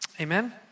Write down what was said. Amen